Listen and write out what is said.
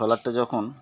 ট্রলারটা যখন